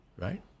Right